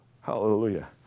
hallelujah